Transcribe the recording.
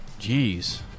Jeez